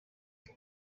you